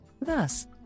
Thus